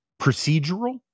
procedural